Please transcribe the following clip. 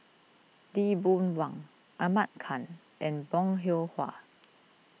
Lee Boon Wang Ahmad Khan and Bong Hiong Hwa